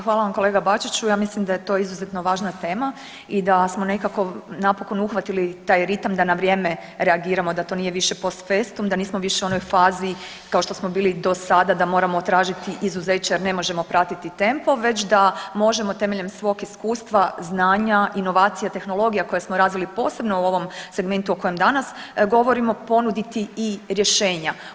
Hvala vam kolega Bačiću, ja mislim da je to izuzetno važna tema i da smo nekako napokon uhvatili taj ritam da na vrijeme reagiramo da to nije više postfestum da nismo više u onoj fazi kao što smo bili do sada da moramo tražiti izuzeće jer ne možemo pratiti tempo već da možemo temeljem svog iskustva, znanja, inovacija, tehnologija koje smo razvili posebno u ovom segmentu o kojem danas govorimo ponuditi i rješenja.